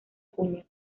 cuña